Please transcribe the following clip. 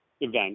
event